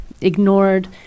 ignored